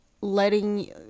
letting